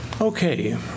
Okay